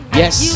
yes